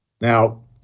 Now